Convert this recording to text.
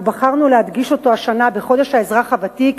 ובחרנו להדגיש אותו השנה בחודש האזרח הוותיק,